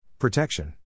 Protection